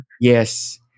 Yes